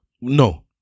No